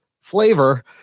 flavor